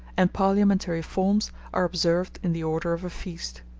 and parliamentary forms are observed in the order of a feast.